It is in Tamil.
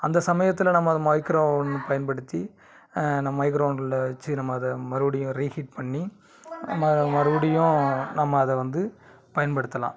அந்த சமயத்தில் நம்ம அதை மைக்ரோவ் ஓவன் பயன்படுத்தி நம்ம மைக்ரோவ் ஓவன் குள்ளே வச்சு நம்ம அதை மறுபடியும் ரீஹீட் பண்ணி நம்ம அதை மறுபடியும் நம்ம அதை வந்து பயன்படுத்தலாம்